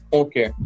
okay